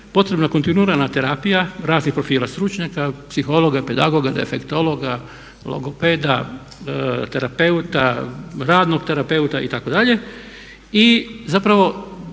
potrebna kontinuirana terapija raznih profila stručnjaka, psihologa, pedagoga, defektologa, logopeda, terapeuta, radnog terapeuta itd. I zapravo